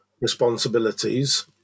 responsibilities